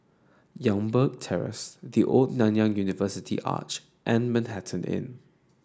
Youngberg Terrace The Old Nanyang University Arch and Manhattan Inn